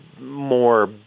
more